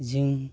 जों